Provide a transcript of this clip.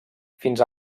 fins